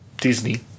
Disney